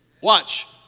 Watch